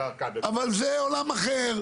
אבל זה עולם אחר,